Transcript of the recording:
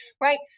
Right